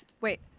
Wait